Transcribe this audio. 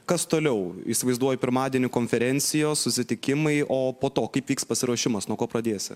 kas toliau įsivaizduoji pirmadienį konferencijos susitikimai o po to kaip vyks pasiruošimas nuo ko pradėsi